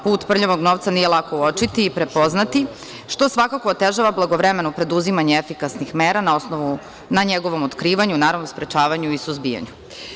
Put prljavog novca nije lako uočiti i prepoznati, što svakako otežava blagovremeno preduzimanje efikasnih mera na njegovom otkrivanju, sprečavanju i suzbijanju.